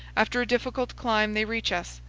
after a difficult climb they reach us.